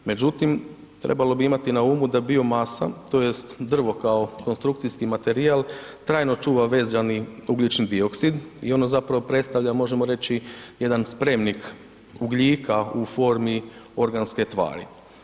Međutim, trebalo bi imati na umu da biomasa tj. drvo kao konstrukcijski materijal trajno čuva vezani ugljični dioksid i ono zapravo predstavlja možemo reći jedan spremnik ugljika u formi organske tvari.